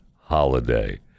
holiday